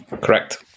Correct